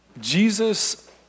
Jesus